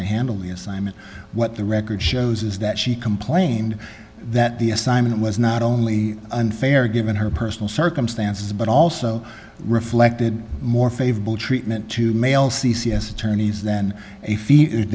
to handle the assignment what the record shows is that she complained that the assignment was not only unfair given her personal circumstances but also reflected more favorable treatment to male c c s attorneys than